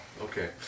Okay